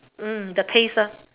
mm the taste ah